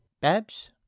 Babs